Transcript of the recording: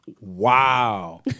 Wow